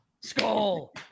Skull